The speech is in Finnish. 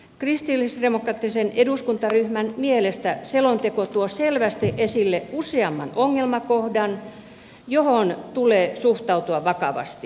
kristillisdemokraattisen eduskuntaryhmän mielestä selonteko tuo selvästi esille useamman ongelmakohdan johon tulee suhtautua vakavasti